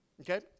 Okay